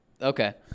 Okay